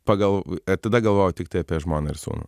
pagal tada galvojau tiktai apie žmoną ir sūnų